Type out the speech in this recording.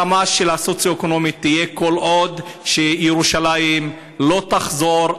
הרמה של הסוציו-אקונומי תהיה כל עוד ירושלים לא תחזור,